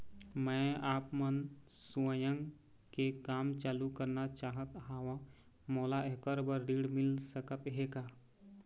मैं आपमन स्वयं के काम चालू करना चाहत हाव, मोला ऐकर बर ऋण मिल सकत हे का?